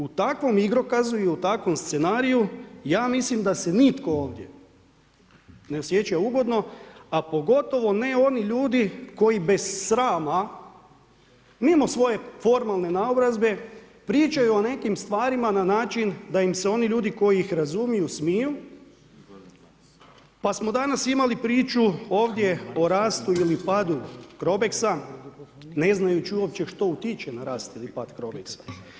U takvom igrokazu i u takvom scenariju, ja mislim da se nitko ovdje ne osjeća ugodno, a pogotovo ne oni ljudi koji bez srama, mimo svoje formalne naobrazbe, pričaju o nekim stvarima, na način, da im se oni ljudi koji ih razumiju smiju, pa smo danas imali priču ovdje o rastu ili padu CROBEX-a ne znajući uopće što utiče na rast ili pad CROBEX-a.